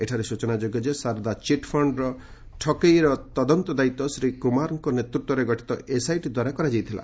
ଏଠାରେ ସୂଚନାଯୋଗ୍ୟ ଯେ ସାରଦା ଚିଟ୍ଫଶ୍ଡ ଠକେଇର ତଦନ୍ତ ଦାୟିତ୍ୱ ଶ୍ରୀ କୁମାରଙ୍କ ନେତୃତ୍ୱରେ ଗଠିତ ଏସ୍ଆଇଟି ଦ୍ୱାରା କରାଯାଇଥିଲା